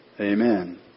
Amen